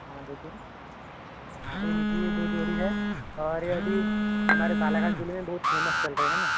हाँ देखिए हाँ ए लीजिए ये दो जोड़ी है और ये अभी हमारे बालाघाट ज़िले में बहुत फ़ेमस चल रहे हैं ना